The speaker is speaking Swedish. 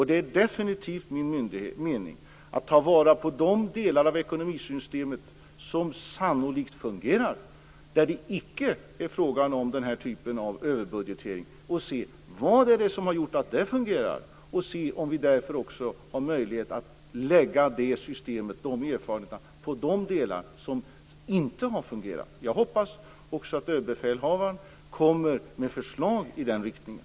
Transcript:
Det är definitivt min mening att ta vara på de delar av ekonomisystemet som sannolikt fungerar, där det icke är fråga om den här typen av överbudgetering, och se vad det är som har gjort att det fungerar och om det är möjligt att använda erfarenheterna på de delar som inte har fungerat. Jag hoppas också att Överbefälhavaren kommer med förslag i den riktningen.